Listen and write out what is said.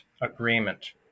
agreement